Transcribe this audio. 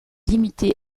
limitée